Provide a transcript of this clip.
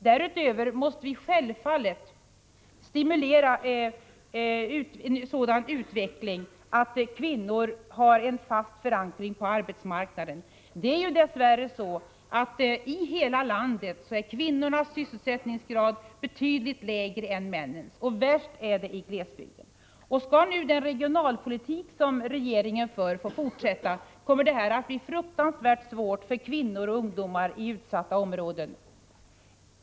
Därutöver måste vi självfallet stimulera en sådan utveckling att kvinnor har en fast förankring på arbetsmarknaden. Det är dess värre så, att i hela landet är kvinnornas sysselsättningsgrad betydligt lägre än männens, och värst är det i glesbygderna. Skall nu den regionalpolitik som regeringen för få fortsätta, kommer det att bli fruktansvärt svårt för kvinnor och ungdomar i utsatta områden.